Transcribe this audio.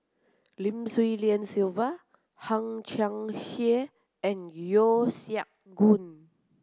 Lim Swee Lian Sylvia Hang Chang Chieh and Yeo Siak Goon